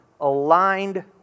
aligned